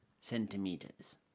centimeters